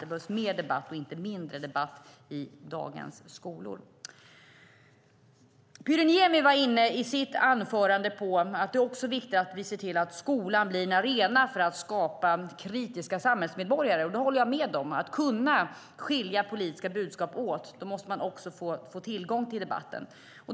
Det behövs mer debatt, inte mindre, i dagens skolor. Pyry Niemi var i sitt inlägg inne på att det är viktigt att vi ser till att skolan blir en arena för att skapa kritiska samhällsmedborgare. Det håller jag med om. För att kunna skilja politiska budskap åt måste man också få tillgång till debatten.